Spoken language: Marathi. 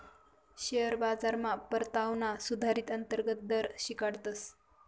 शेअर बाजारमा परतावाना सुधारीत अंतर्गत दर शिकाडतस